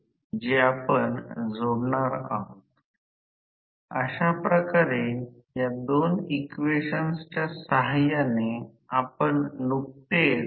आणि म्हणून प्रेरित emf आणि रोटर प्रवाह 0 असतील आणि म्हणूनच टॉर्क विकसित केला जाणार नाही